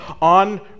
on